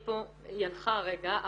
היא הלכה רגע,